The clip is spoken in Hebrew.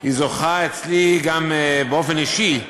היא זוכה אצלי, גם באופן אישי,